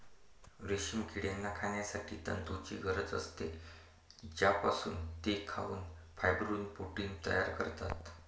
रेशीम किड्यांना खाण्यासाठी तुतीची गरज असते, ज्यापासून ते खाऊन फायब्रोइन प्रोटीन तयार करतात